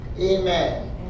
Amen